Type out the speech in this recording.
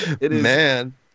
Man